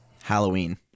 Halloween